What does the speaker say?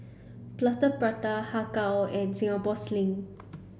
Plaster Prata Har Kow and Singapore sling